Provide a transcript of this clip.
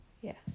Yes